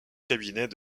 cabinet